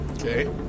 Okay